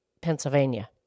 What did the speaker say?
Pennsylvania